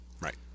right